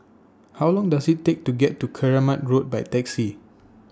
How Long Does IT Take to get to Keramat Road By Taxi